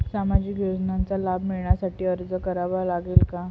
सामाजिक योजनांचा लाभ मिळविण्यासाठी अर्ज करावा लागेल का?